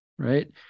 right